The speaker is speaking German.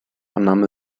annahme